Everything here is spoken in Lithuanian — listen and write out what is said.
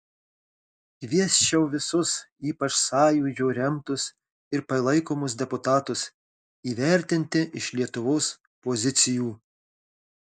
kviesčiau visus ypač sąjūdžio remtus ir palaikomus deputatus įvertinti iš lietuvos pozicijų